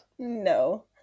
No